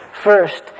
First